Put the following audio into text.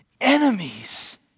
Enemies